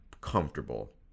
comfortable